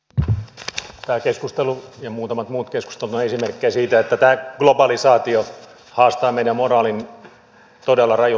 tämä keskustelu ja muutamat muut keskustelut ovat esimerkkejä siitä että globalisaatio haastaa meidän moraalimme todella rajulla tavalla